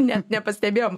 net nepastebėjom